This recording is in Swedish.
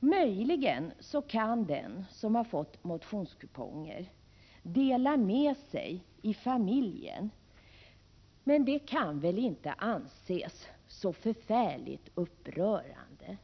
Möjligen kan den som har fått motionskuponger dela med sig i familjen, men det kan väl inte anses som så förfärligt upprörande.